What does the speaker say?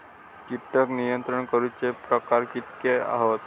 कीटक नियंत्रण करूचे प्रकार कितके हत?